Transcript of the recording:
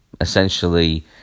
essentially